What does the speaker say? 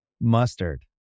Mustard